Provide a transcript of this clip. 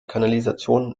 kanalisation